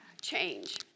Change